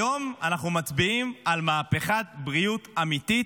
היום אנחנו מצביעים על מהפכת בריאות אמיתית,